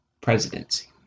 presidency